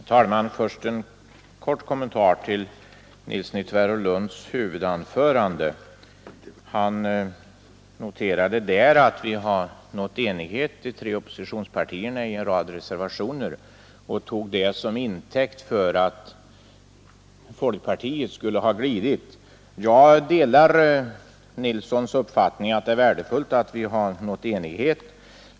Herr talman! Först en kort kommentar till herr Nilssons i Tvärålund huvudanförande. Han noterade där att de tre oppositionspartierna nått enighet i en rad reservationer och tog det som intäkt för att folkpartiet skulle ha glidit. Jag delar herr Nilssons uppfattning att det är värdefullt att vi nått enighet.